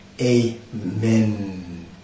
Amen